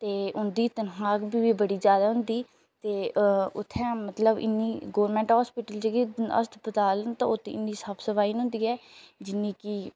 ते उं'दी तन्खाह् बी बड़ी जादा होंदी ते उ'त्थें मतलब इ'न्नी गौरमेंट हॉस्पिटल च जेह्के अस्पताल न उत्त इ'न्नी साफ सफाई निं होंदी ऐ जि'न्नी कि